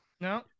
No